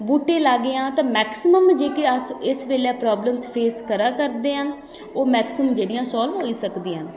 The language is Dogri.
बूह्टे लागै आं ते मैक्सिमम जेह्के अस इस बेल्लै प्रॉब्लम फेस करा करदे आं ओह् मैक्सिमम जेह्ड़ियां सॉल्व होई सकदियां न